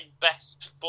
best